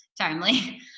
timely